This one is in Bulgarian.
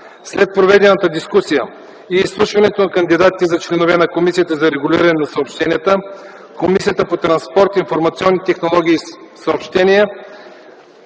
След проведената дискусия и изслушването на кандидатите за членове на Комисията за регулиране на съобщенията, Комисията по транспорт, информационни технологии и съобщения: